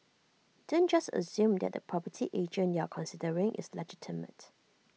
don't just assume that the property agent you are considering is legitimate